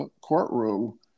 courtroom